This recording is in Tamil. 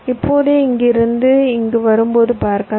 இப்போதே இங்கிருந்து இங்கு வரும்போது பார்க்கலாம்